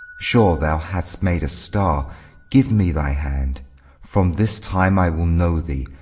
sure thou hadst made a star give me thy hand from this time i will know thee,